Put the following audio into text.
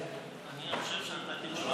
אני חושב שנתתי תשובה ברורה.